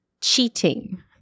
cheating